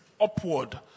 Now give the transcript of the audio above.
upward